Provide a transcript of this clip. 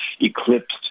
eclipsed